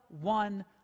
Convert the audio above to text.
one